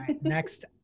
Next